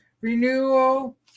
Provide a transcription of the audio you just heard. Renewal